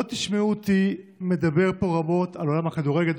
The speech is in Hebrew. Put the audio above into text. לא תשמעו אותי מדבר פה רבות על עולם הכדורגל,